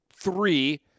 Three